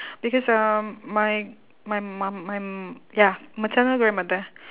because um my my mum my m~ ya maternal grandmother